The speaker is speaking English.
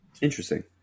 Interesting